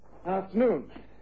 Afternoon